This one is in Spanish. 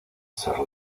ser